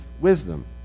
wisdom